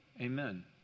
Amen